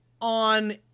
on